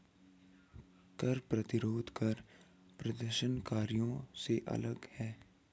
कर प्रतिरोधी कर प्रदर्शनकारियों से अलग हैं